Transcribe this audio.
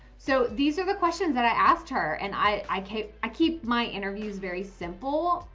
so these are the questions that i asked her and i i keep, i keep my interviews very simple.